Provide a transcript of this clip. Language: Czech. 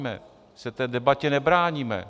My se té debatě nebráníme.